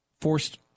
forced